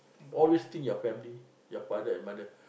always think of your family your father and mother